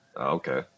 Okay